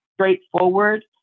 straightforward